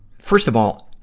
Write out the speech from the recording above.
first of all,